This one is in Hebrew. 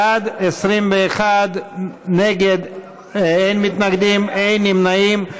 בעד, 21, אין מתנגדים, אין נמנעים.